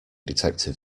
detective